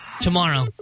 tomorrow